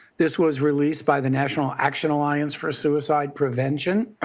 this was released by the national action alliance for suicide prevention.